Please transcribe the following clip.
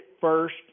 first